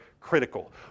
critical